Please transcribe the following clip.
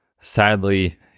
Sadly